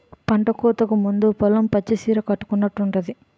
పంటకోతకు ముందు పొలం పచ్చ సీర కట్టుకునట్టుంది